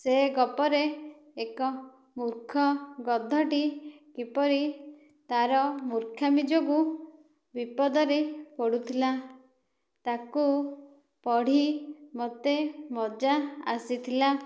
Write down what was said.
ସେହି ଗପରେ ଏକ ମୂର୍ଖ ଗଧଟି କିପରି ତା'ର ମୂର୍ଖାମି ଯୋଗୁଁ ବିପଦରେ ପଡ଼ିଥିଲା ତାକୁ ପଢ଼ି ମୋତେ ମଜା ଆସିଥିଲା